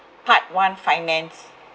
part one finance